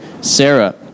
Sarah